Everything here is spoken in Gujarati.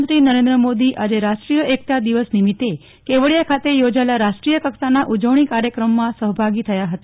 પ્રધાનમંત્રી નરેન્દ્ર મોદી આજે રાષ્ટ્રીય એકતા દિવસ નિમિતે કેવડીયા ખાતે યોજાયેલા રાષ્ટ્રીય કક્ષાની ઉજવણી કાર્યક્રમમાં સહભાગી થયા હતા